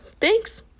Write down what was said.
Thanks